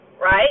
Right